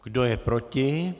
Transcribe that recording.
Kdo je proti?